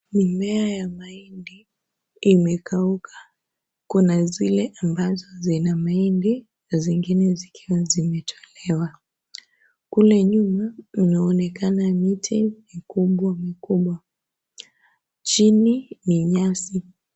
Mimea ya mahindi imekauka. Kuna zile ambazo zina mahindi na zingine zikiwa zimetolewa. Kule nyuma mnaonekana miti mikubwa mikubwa. Chini ni nyasi.